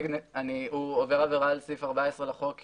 הוא עובר עבירה על סעיף 14 לחוק .